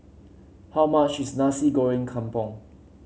how much is Nasi Goreng Kampung